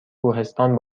کوهستان